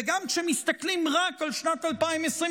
וגם כשמסתכלים רק על שנת 2023,